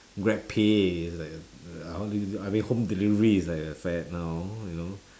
grabpay is like a how do you use it I mean home delivery is like a fad now you know